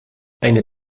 eine